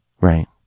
right